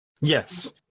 yes